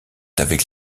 avec